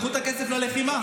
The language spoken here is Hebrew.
קחו את הכסף ללחימה.